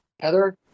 heather